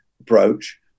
approach